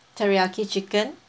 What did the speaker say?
teriyaki chicken